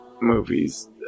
movies